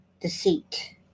deceit